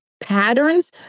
patterns